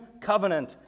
covenant